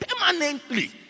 permanently